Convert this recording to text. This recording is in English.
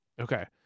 Okay